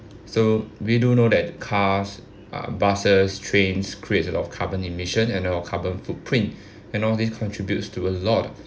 so we do know that cars uh buses trains creates a lot of carbon emission and our carbon footprint and all this contributes to a lot